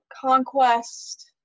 Conquest